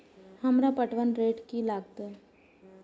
हमरा पटवन रेट की लागते?